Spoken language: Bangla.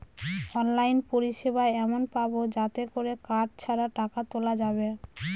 অনলাইন পরিষেবা এমন পাবো যাতে করে কার্ড ছাড়া টাকা তোলা যাবে